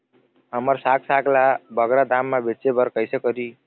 हमर साग साग ला बगरा दाम मा बेचे बर कइसे करी?